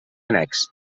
annex